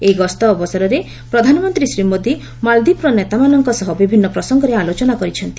ଏହି ଗସ୍ତ ଅବସରରେ ପ୍ରଧାନମନ୍ତ୍ରୀ ଶ୍ରୀ ମୋଦି ମାଳଦ୍ୱୀପର ନେତାମାନଙ୍କ ସହ ବିଭିନ୍ନ ପ୍ରସଙ୍ଗରେ ଆଲୋଚନା କରିଛନ୍ତି